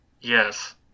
yes